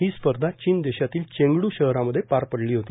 ही स्पर्धा चीन देशातील चेंगड् शहरांमध्ये पार पडली होती